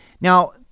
Now